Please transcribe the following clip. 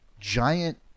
giant